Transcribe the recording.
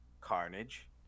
Carnage